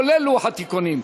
כולל לוח התיקונים.